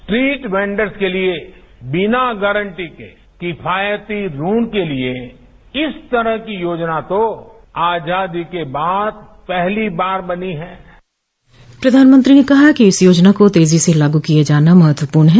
street vendors के लिए बिना गांरटी के किफायती ऋणों के लिए इस तरह की योजना तो आजादी के बाद पहली बार बनी है प्रधानमंत्री ने कहा कि इस योजना को तेजी से लागू किया जाना महत्वपूर्ण है